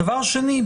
דבר שני,